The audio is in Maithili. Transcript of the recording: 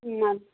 नहि